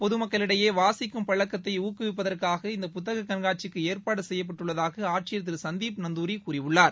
பொதுமக்களிடையே வாசிக்கும் பழக்கத்தை ஊக்குவிப்பதற்காக இந்த புத்தக கண்காட்சிக்கு ஏற்பாடு செய்யப்பட்டுள்ளதாக ஆட்சியர் திரு சந்தீப் நந்தூரி கூறியுள்ளார்